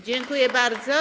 Dziękuję bardzo.